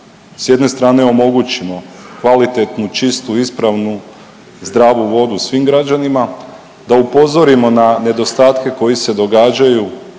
s jedne strane omogućimo kvalitetnu, čistu, ispravnu i zdravu vodu svim građanima, da upozorimo na nedostatke koji se događaju